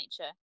nature